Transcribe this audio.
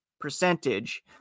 percentage